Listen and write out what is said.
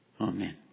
Amen